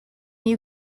you